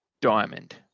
Diamond